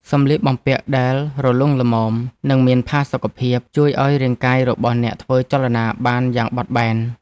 សម្លៀកបំពាក់ដែលរលុងល្មម និងមានផាសុកភាព ជួយឱ្យរាងកាយរបស់អ្នកធ្វើចលនាបានយ៉ាងបត់បែន។